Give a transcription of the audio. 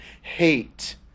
hate